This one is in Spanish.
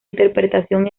interpretación